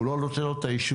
הוא לא נותן לו את האישור,